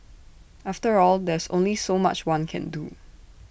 after all there's only so much one can do